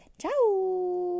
Ciao